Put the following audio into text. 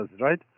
right